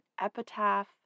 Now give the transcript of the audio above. epitaph